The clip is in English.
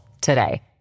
today